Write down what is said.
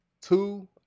Two